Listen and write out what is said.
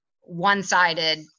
one-sided